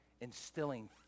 instilling